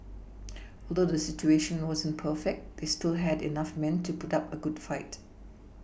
although the situation wasn't perfect they still had enough men to put up a good fight